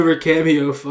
cameo